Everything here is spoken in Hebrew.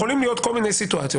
יכולות להיות כל מיני סיטואציות,